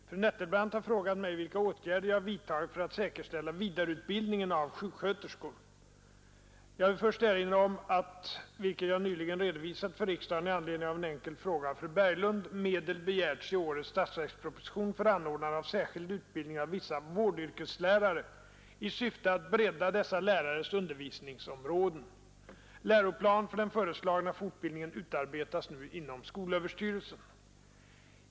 Herr talman! Fru Nettelbrandt har frågat mig, vilka åtgärder jag vidtagit för att säkerställa vidareutbildningen av sjuksköterskor. Jag vill först erinra om att — vilket jag nyligen redovisat för riksdagen i anledning av en enkel fråga av fru Berglund — medel begärts i årets statsverksproposition för anordnande av särskild utbildning av vissa vårdyrkeslärare i syfte att bredda dessa lärares undervisningsområden. Läroplan för den föreslagna fortbildningen utarbetas nu inom skolöverstyrelsen.